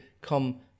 come